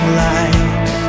light